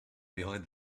behind